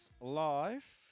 Life